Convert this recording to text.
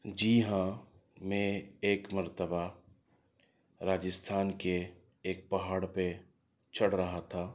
جی ہاں میں ایک مرتبہ راجستھان کے ایک پہاڑ پہ چڑھ رہا تھا